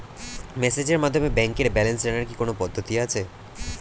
মেসেজের মাধ্যমে ব্যাংকের ব্যালেন্স জানার কি কোন পদ্ধতি আছে?